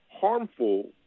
harmful